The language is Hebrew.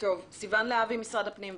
סיון להבי, משרד הפנים,